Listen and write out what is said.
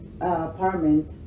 apartment